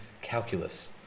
calculus